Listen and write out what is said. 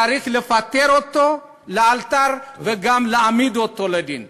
צריך לפטר אותו לאלתר וגם להעמיד אותו לדין.